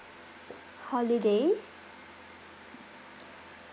holiday